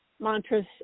mantras